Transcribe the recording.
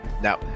Now